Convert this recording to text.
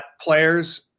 players